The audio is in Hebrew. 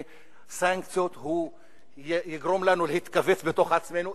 סנקציות הוא יגרום לנו להתכווץ בתוך עצמנו,